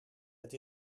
het